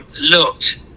looked